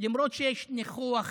למרות שיש ניחוח